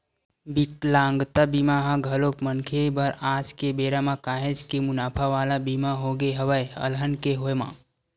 बिकलांगता बीमा ह घलोक मनखे बर आज के बेरा म काहेच के मुनाफा वाला बीमा होगे हवय अलहन के होय म